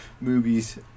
movies